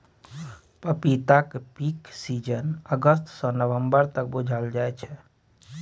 पपीताक peak season अगस्त सँ नबंबर तक बुझल जाइ छै